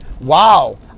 wow